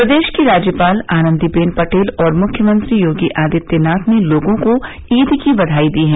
प्रदेश की राज्यपाल आनंदीबेन पटेल और मुख्यमंत्री योगी आदित्यनाथ ने लोगों को ईद की बघाई दी है